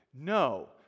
No